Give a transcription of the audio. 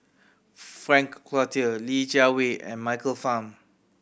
Frank Cloutier Li Jiawei and Michael Fam